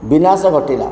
ବିନାଶ ଘଟିଲା